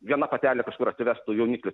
viena patelė kažkur atsivestų jauniklį